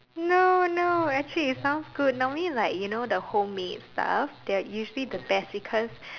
no no actually it sounds good normally like you know the homemade stuff they're usually the best because